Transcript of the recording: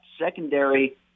secondary